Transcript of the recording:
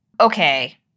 Okay